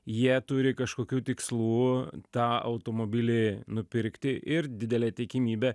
jie turi kažkokių tikslų tą automobilį nupirkti ir didelė tikimybė